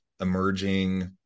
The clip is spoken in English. emerging